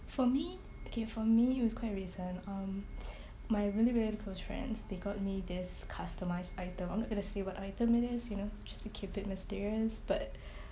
for me okay for me it was quite recent um my really really close friends they got me this customised item I'm not gonna say what item it is you know just to keep it mysterious but